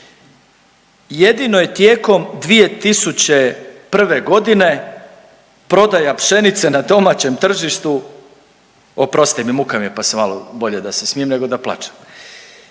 Jedino je tijekom 2001.g. prodaja pšenice na domaćem tržištu, oprostite mi, muka mi je, pa se malo, bolje da se smijem nego da plačem.